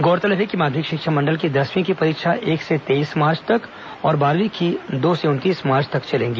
गौरतलब है कि माध्यमिक शिक्षा मंडल की दसवीं की परीक्षा एक से तेईस मार्च तक और बारहवीं की दो से उनतीस मार्च तक चलेंगी